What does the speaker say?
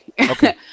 Okay